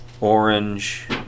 orange